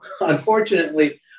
unfortunately